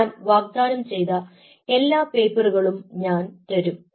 ഞാൻ വാഗ്ദാനം ചെയ്ത എല്ലാ പേപ്പറുകളും ഞാൻ തരും